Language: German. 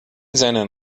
seinen